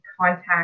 contact